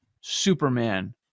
Superman